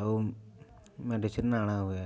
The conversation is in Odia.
ଆଉ ମେଡ଼ିସିନ୍ ଆଣାହୁଏ